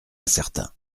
incertain